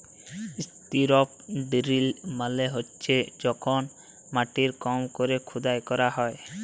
strip drill মালে হছে যখল মাটির কম ক্যরে খুদাই ক্যরা হ্যয়